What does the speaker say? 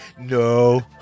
no